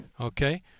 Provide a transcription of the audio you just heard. Okay